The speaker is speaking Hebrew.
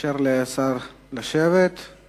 ההצעה להעביר את הצעת חוק הביטוח הלאומי (תיקון,